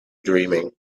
dreaming